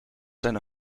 zijn